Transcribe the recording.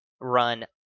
run